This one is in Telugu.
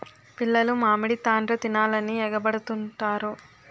పిల్లలు మామిడి తాండ్ర తినాలని ఎగబడుతుంటారు